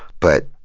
but,